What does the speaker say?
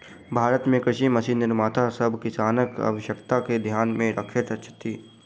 भारत मे कृषि मशीन निर्माता सभ किसानक आवश्यकता के ध्यान मे रखैत छथि